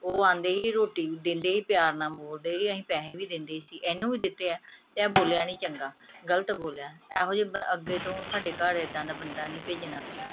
ਉਹ ਆਉਂਦੇ ਸੀ ਰੋਟੀ ਦਿੰਦੇ ਸੀ ਪਿਆਰ ਨਾਲ ਬੋਲਦੇ ਸੀ ਅਸੀਂ ਪੈਸੇ ਵੀ ਦਿੰਦੇ ਸੀ ਇਹਨੂੰ ਵੀ ਦਿੱਤੇ ਹੈ ਅਤੇ ਇਹ ਬੋਲਿਆ ਨਹੀਂ ਚੰਗਾ ਗਲਤ ਬੋਲਿਆ ਇਹੋ ਜਿਹੇ ਅੱਗੇ ਤੋਂ ਸਾਡੇ ਘਰ ਇੱਦਾਂ ਦਾ ਬੰਦਾ ਨਹੀਂ ਭੇਜਣਾ